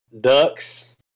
Ducks